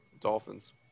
Dolphins